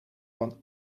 van